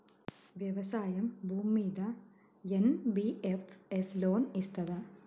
వ్యవసాయం భూమ్మీద NBFS loan ఇస్తదా?